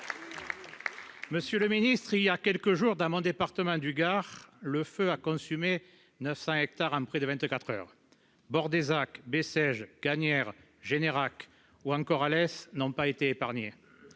Monsieur le ministre, il y a quelques jours, dans mon département du Gard, le feu a consumé 900 hectares en près de vingt-quatre heures ! Bordezac, Bessèges, Gagnières, Générac ou encore Alès n'ont pas été épargnés.